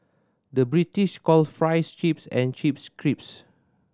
the British calls fries chips and chips crisps